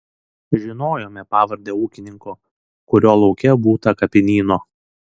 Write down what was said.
žinojome pavardę ūkininko kurio lauke būta kapinyno